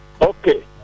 Okay